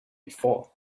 before